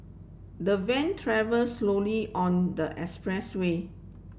the van travel slowly on the expressway